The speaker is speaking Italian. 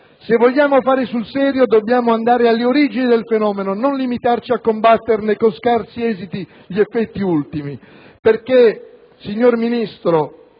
Se vogliamo fare sul serio dobbiamo andare alle origini del fenomeno, non limitarci a combatterne con scarsi esiti gli effetti ultimi. Perché, signor Ministro,